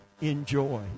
enjoy